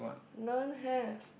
don't have